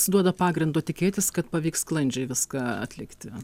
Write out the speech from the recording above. duoda pagrindo tikėtis kad pavyks sklandžiai viską atlikti